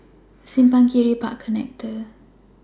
Simpang Kiri Park Connector